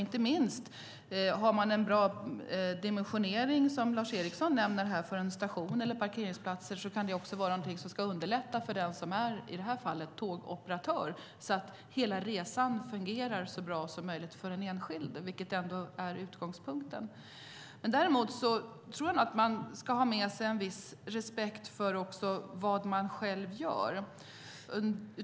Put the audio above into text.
Om man har en bra dimensionering för en station med exempelvis parkeringsplatser kan det underlätta för den som är tågoperatör så att hela resan ska fungera så bra som möjligt för den enskilde, vilket ju är utgångspunkten. Däremot tror jag nog att man ska ha en viss respekt för vad man själv gör.